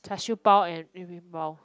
char-siew-pao and red-bean-pao